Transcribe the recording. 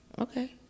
Okay